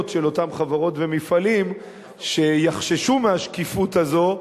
של אותם חברות ומפעלים שיחששו מהשקיפות הזו,